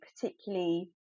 particularly